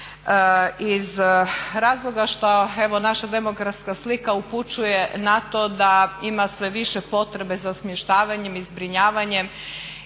iz razloga što evo naša demografska slika upućuje na to da ima sve više potrebe za smještavanjem i zbrinjavanjem